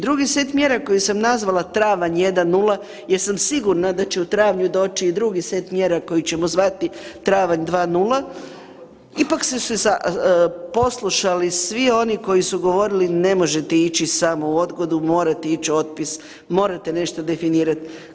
Drugi set mjera koji sam nazvala travanj 1 0, jer sa sigurna da će u travnju doći i drugi set mjera koji ćemo zvati travanj 2 0, ipak su se poslušali svi oni koji su govorili ne možete ići samo u odgodu morate ići u otpis, morate nešto definirati.